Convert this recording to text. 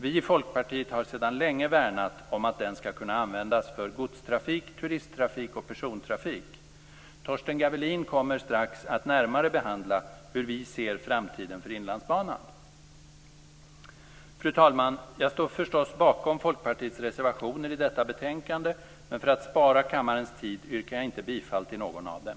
Vi i Folkpartiet har sedan länge värnat om att den skall kunna användas för godstrafik, turisttrafik och persontrafik. Torsten Gavelin kommer strax att närmare behandla hur vi ser framtiden för Inlandsbanan. Fru talman! Jag står förstås bakom Folkpartiets reservationer till detta betänkande, men för att spara kammarens tid yrkar jag inte bifall till någon av dem.